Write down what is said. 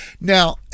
Now